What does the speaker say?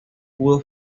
pudo